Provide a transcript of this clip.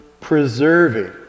preserving